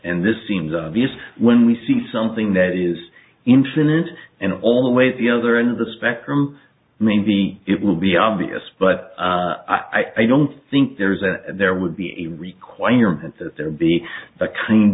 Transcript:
and this seems obvious when we see something that is in trinidad and all the way the other end of the spectrum maybe it will be obvious but i don't think there is a there would be a requirement that there be that kind